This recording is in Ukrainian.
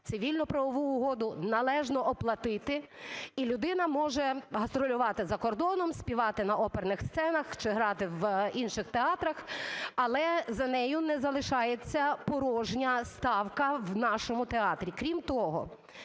цивільно-правову угоду, належно оплатити. І людина може гастролювати за кордоном, співати на оперних сценах чи грати в інших театрах, але за нею не залишається порожня ставка в нашому театрі.